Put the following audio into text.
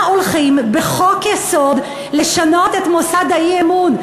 הולכים בחוק-יסוד לשנות את מוסד האי-אמון.